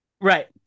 right